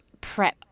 prep